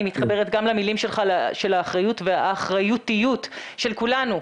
מתחברת גם למילים שלך של האחריות והאחריותיות של כולנו,